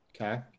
Okay